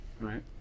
right